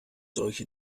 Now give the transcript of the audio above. solche